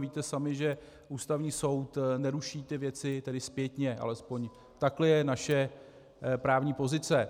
Víte sami, že Ústavní soud neruší ty věci zpětně, alespoň takhle je naše právní pozice.